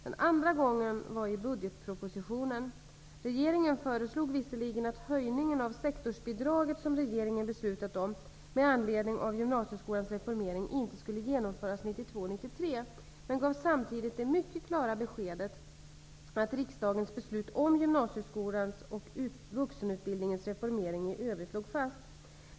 Den andra gången var i budgetpropositionen. Regeringen föreslog visserligen att den höjning av sektorsbidraget som riksdagen beslutat om med anledning av gymnasieskolans reformering inte skulle genomföras 1992/93 men gav samtidigt det mycket klara beskedet att riksdagens beslut om gymnasieskolans och vuxenutbildningens reformering i övrigt låg fast.